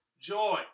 joy